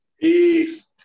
Peace